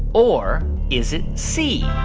or is it c,